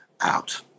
out